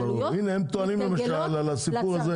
העלויות מתגלגלות גם אל הצרכן.